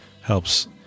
helps